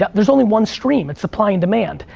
there's only one stream. it's supply and demand.